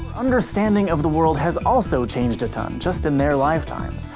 understanding of the world has also changed a ton, just in their lifetimes.